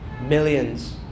millions